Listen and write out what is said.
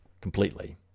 Completely